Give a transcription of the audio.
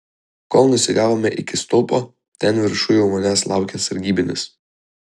kol nusigavome iki stulpo ten viršuj jau manęs laukė sargybinis